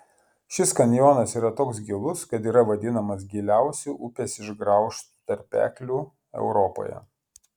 šis kanjonas yra toks gilus kad yra vadinamas giliausiu upės išgraužtu tarpekliu europoje